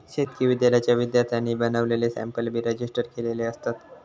शेतकी विद्यालयाच्या विद्यार्थ्यांनी बनवलेले सॅम्पल बी रजिस्टर केलेले असतत